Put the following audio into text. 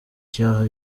cyaha